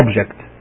object